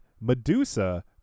Medusa